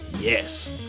Yes